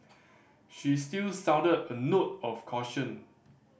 she still sounded a note of caution